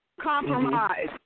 Compromise